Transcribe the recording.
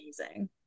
amazing